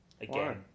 Again